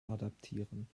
adaptieren